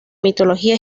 mitología